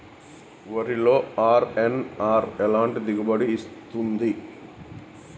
వరిలో అర్.ఎన్.ఆర్ ఎలాంటి దిగుబడి ఇస్తుంది?